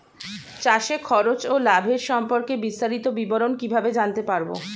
চাষে খরচ ও লাভের সম্পর্কে বিস্তারিত বিবরণ কিভাবে জানতে পারব?